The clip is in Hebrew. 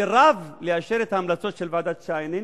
סירב לאשר את ההמלצות של ועדת-שיינין,